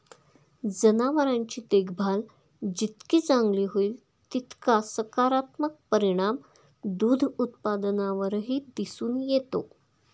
जनावरांची देखभाल जितकी चांगली होईल, तितका सकारात्मक परिणाम दूध उत्पादनावरही दिसून येतो